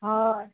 और